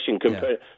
compared